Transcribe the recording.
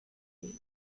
date